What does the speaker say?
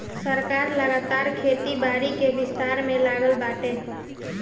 सरकार लगातार खेती बारी के विस्तार में लागल बाटे